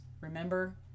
remember